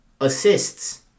assists